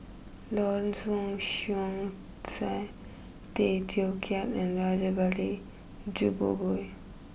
Lawrence Wong Shyun Tsai Tay Teow Kiat and Rajabali Jumabhoy